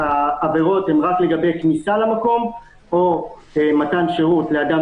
- העבירות הן רק לגבי כניסה למקום או מתן שירות לאדם